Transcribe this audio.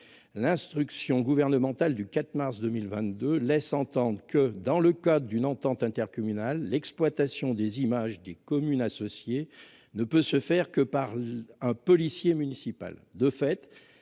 L'instruction gouvernementale du 4 mars 2022, laisse entendre que dans le cas d'une entente intercommunal l'exploitation des images des communes associées ne peut se faire que par un policier municipal